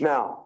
Now